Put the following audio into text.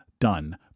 done